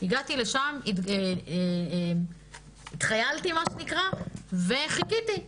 הגעתי לשם, התחיילתי וחיכיתי.